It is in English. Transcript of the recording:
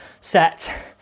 set